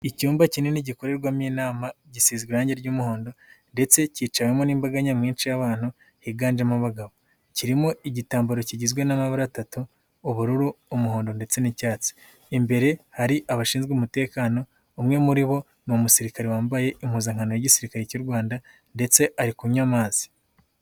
Icyumba kinini gikorerwamo inama gisize irangi ry'umuhondo ndetse kicawemo n'imbaga nyamwinshi y'abantu higanjemo abagabo, kirimo igitambaro kigizwe n'amabara atatu: ubururu, umuhondo ndetse n'icyatsi, imbere hari abashinzwe umutekano, umwe muri bo ni umusirikare wambaye impuzankano y'Igisirikare cy'u Rwanda ndetse ari kunywa amazi.